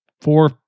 four